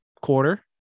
quarter